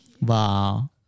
Wow